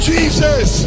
Jesus